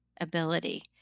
ability